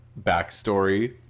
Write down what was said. backstory